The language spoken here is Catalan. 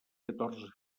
catorze